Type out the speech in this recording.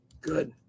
Good